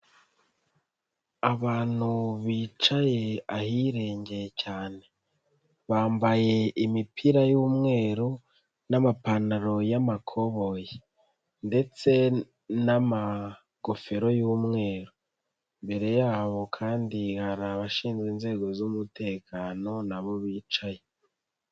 Abantu bicaye ahirengeye cyane, bambaye imipira y'umweru n'amapantaro y'amakoboyi ndetse n'amagofero y'umweru, imbere yabo kandi hari abashinzwe inzego z'umutekano na bo bicaye.